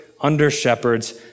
under-shepherds